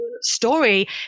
story